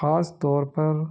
خاص طور پر